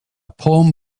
poem